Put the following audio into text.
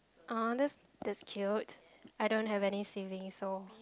uh that that's cute I don't have any siblings so